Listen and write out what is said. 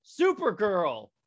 Supergirl